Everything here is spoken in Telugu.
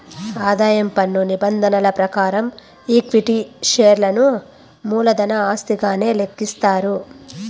ఆదాయం పన్ను నిబంధనల ప్రకారం ఈక్విటీ షేర్లను మూలధన ఆస్తిగానే లెక్కిస్తారు